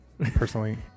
personally